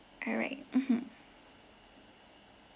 all right mmhmm